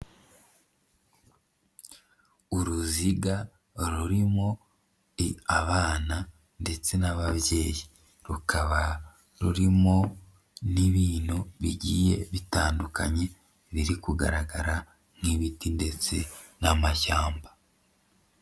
Uruziga barurimo abana ndetse n'ababyeyi, rukaba rurimo n'ibintu bigiye bitandukanye biri kugaragara nk'ibiti ndetse n'amashyamba.